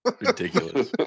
Ridiculous